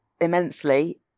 immensely